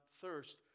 thirst